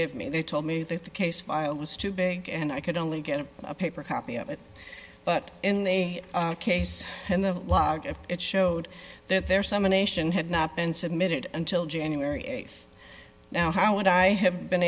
give me they told me that the case file was too big and i could only get a paper copy of it but in the case in the log it showed that there some anation had not been submitted until january th now how would i have been